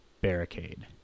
barricade